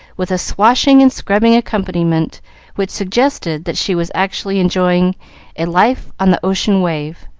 with a swashing and scrubbing accompaniment which suggested that she was actually enjoying a life on the ocean wave.